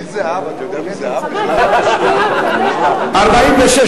ההסתייגות של חברת הכנסת רונית תירוש לאחרי סעיף 19א(8) לא נתקבלה.